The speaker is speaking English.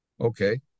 Okay